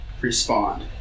respond